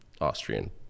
Austrian